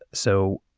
so